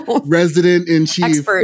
Resident-in-Chief